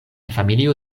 familio